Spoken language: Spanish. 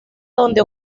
donde